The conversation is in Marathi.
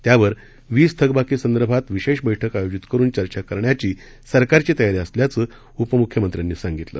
त्यावर वीज थकबाकी संदर्भात विशेष बैठक आयोजित करुन चर्चा करण्याची सरकारची तयारी असल्याचं उपमुख्यमंत्र्यांनी सांगितलं